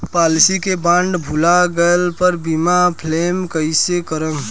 Policy के bond भुला गैला पर बीमा क्लेम कईसे करम?